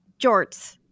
jorts